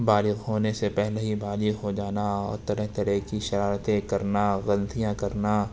بالغ ہونے سے پہلے ہی بالغ ہو جانا اور طرح طرح کی شرارتیں کرنا غلطیاں کرنا